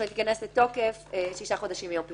צריך להיכנס לתוקף שישה חודשים מיום פרסומו.